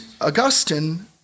Augustine